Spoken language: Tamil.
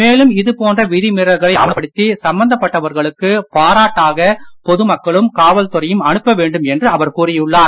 மேலும் இது போன்ற விதிமீறல்களை ஆவணப்படுத்தி சம்பந்தப்பட்டவர்களுக்கு பாராட்டாக பொதுமக்களும் காவல்துறையும் அனுப்ப வேண்டும் என்று அவர் கூறியுள்ளார்